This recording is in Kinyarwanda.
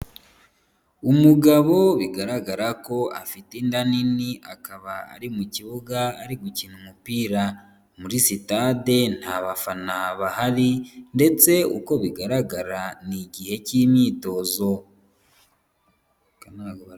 Umugabo bigaragara ko afite inda nini, akaba ari mu kibuga ari gukina umupira, muri sitade nta bafana bahari ndetse uko bigaragara ni igihe cy'imyitozo.